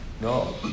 No